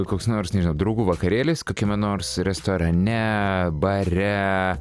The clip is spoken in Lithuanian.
koks nors nežinau draugų vakarėlis kokiame nors restorane bare